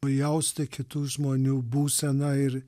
pajausti kitų žmonių būseną ir